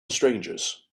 strangers